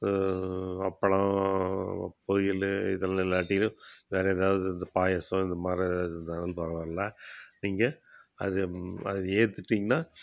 அப்பளம் பொரியல் இதெல்லாம் இல்லாட்டியும் வேற எதாவது இந்த பாயாசம் இந்தமாதிரி இருந்தாலும் பரவாயில்ல நீங்கள் அது அதை ஏத்துட்டீங்கன்னா